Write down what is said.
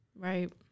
right